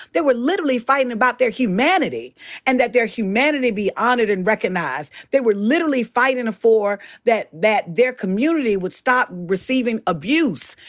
were literally fightin' about their humanity and that their humanity be honored and recognized. they were literally fightin' for that that their community would stop receiving abuse,